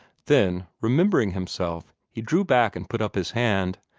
then, remembering himself, he drew back and put up his hand,